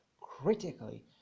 critically